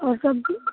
और सब्जी